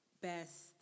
best